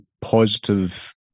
positive